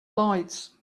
lights